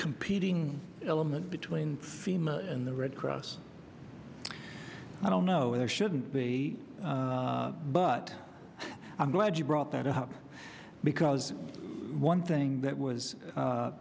competing element between fema and the red cross i don't know it shouldn't be but i'm glad you brought that up because one thing that was